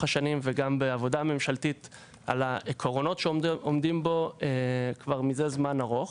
השנים וגם בעבודה ממשלתית על העקרונות שעומדים בו כבר מזה זמן ארוך.